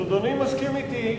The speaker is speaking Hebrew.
אז אדוני מסכים אתי,